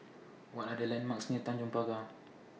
What Are The landmarks near Tanjong Pagar